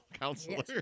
counselor